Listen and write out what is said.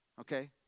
okay